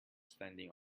standing